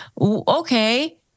Okay